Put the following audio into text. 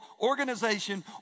organization